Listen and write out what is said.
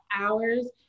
hours